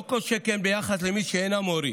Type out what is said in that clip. לא כל שכן ביחס למי שאינם הורים.